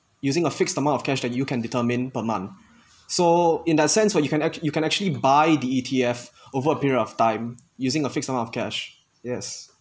using a fixed amount of cash that you can determine per month so in that sense where you can actually you can actually buy the E_T_F over a period of time using a fixed amount of cash yes